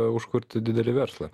užkurti didelį verslą